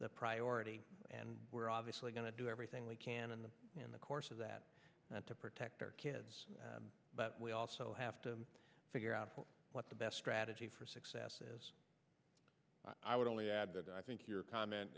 the priority and we're obviously going to do everything we can in the in the course of that to protect our kids but we also have to figure out what the best strategy for success is i would only add that i think your comment